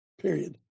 period